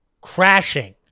crashing